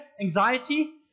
anxiety